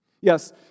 Yes